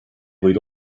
võid